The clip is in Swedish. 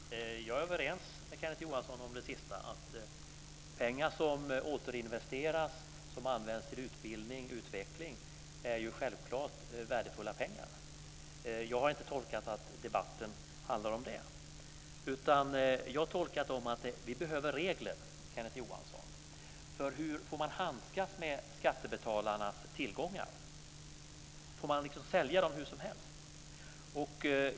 Herr talman! Jag är överens med Kenneth Johansson om det sista. Pengar som återinvesteras, som används till utbildning eller utveckling, är självklart värdefulla pengar. Jag har inte tolkat det som att debatten handlar om det. Jag har tolkat det som att vi behöver regler, Kenneth Johansson, för hur man får handskas med skattebetalarnas tillgångar. Får man sälja dem hur som helst?